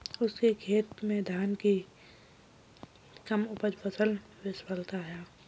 उसके खेत में धान की कम उपज फसल की विफलता है